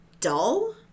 dull